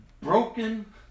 broken